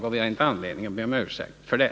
Vi har inte anledning att be om ursäkt för det.